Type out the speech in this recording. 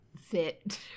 fit